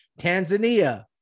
Tanzania